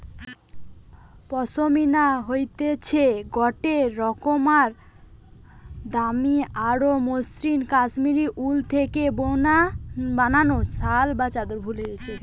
পশমিনা হতিছে গটে রোকমকার দামি আর মসৃন কাশ্মীরি উল থেকে বানানো শাল বা চাদর